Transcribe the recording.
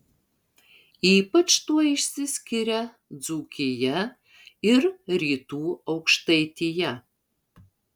ypač tuo išsiskiria dzūkija ir rytų aukštaitija